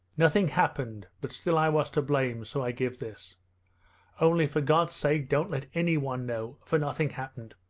nothing happened, but still i was to blame, so i give this only for god's sake don't let anyone know, for nothing happened.